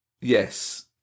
Yes